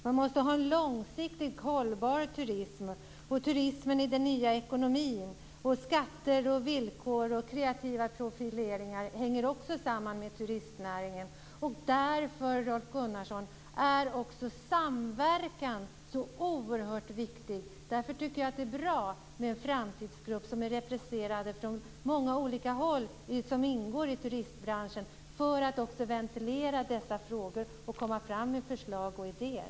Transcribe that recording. Man måste ha en långsiktigt hållbar turism och turism i den nya ekonomin. Skatter, villkor och kreativa profileringar hänger också samman med turistnäringen. Därför, Rolf Gunnarsson, är också samverkan så oerhört viktig. Därför tycker jag att det är bra med en framtidsgrupp med representanter från många olika håll som ingår i turistbranschen för att ventilera dessa frågor och komma fram med förslag och idéer.